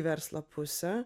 verslo pusę